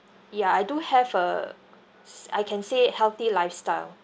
ya I do have uh s~ I can say healthy lifestyle